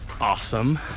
awesome